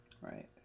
right